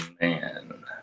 Man